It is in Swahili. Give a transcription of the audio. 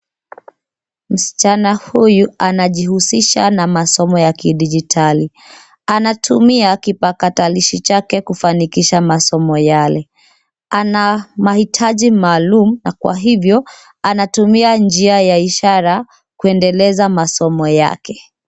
Msichana huyu anajihusisha na masomo ya kidijitali. Anatumia kipakatalishi chake kufanikisha masomo yale. Ana mahitaji maalum na kwa hivyo anatumia njia ya ishara kuendeleza masomo yake.